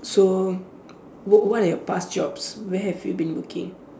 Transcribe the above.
so what what are your past jobs where have you been working